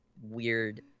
weird